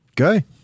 Okay